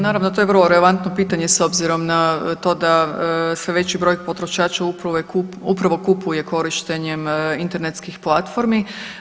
Naravno to je vrlo relevantno pitanje s obzirom na to da sve veći broj potrošača upravo kupuje korištenjem internetskih platformi.